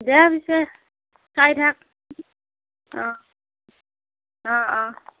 দে পিছে চাই থাক অ' অ' অ'